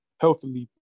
healthily